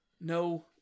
no